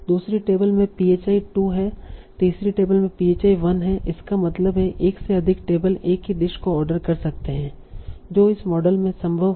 दूसरी टेबल में phi 2 है तीसरी टेबल में phi 1 है इसका मतलब है एक से अधिक टेबल एक ही डिश को ऑर्डर कर सकते हैं जो उस मॉडल में संभव है